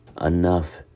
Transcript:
enough